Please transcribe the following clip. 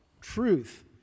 Truth